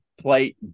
play